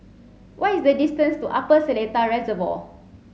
what is the distance to Upper Seletar Reservoir